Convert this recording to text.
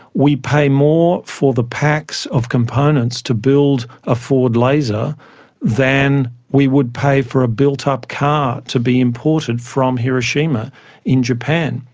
we pay more for the packs of components to build a ford laser than we would pay for a built-up car to be imported from hiroshima in japan.